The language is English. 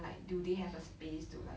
like do they have a space to like